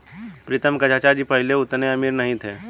प्रीतम के चाचा जी पहले उतने अमीर नहीं थे